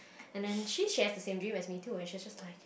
and then she she has the same dream as me too and she was just like